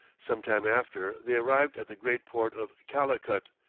some time after, they arrived at the great port of calicut,